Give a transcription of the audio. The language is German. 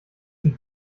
die